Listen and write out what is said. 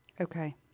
Okay